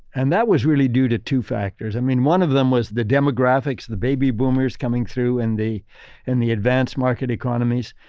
and that was really due to two factors. i mean, one of them was the demographics, the baby boomers coming through and the and the advanced market economies.